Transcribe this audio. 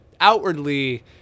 outwardly